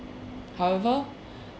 however